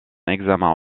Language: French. examen